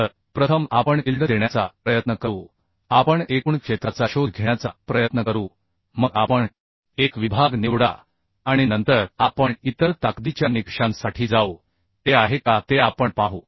तर प्रथम आपण इल्ड देण्याचा प्रयत्न करू आपण एकूण क्षेत्राचा शोध घेण्याचा प्रयत्न करू मग आपण एक विभाग निवडा आणि नंतर आपण इतर ताकदीच्या निकषांसाठी जाऊ ते आहे का ते आपण पाहू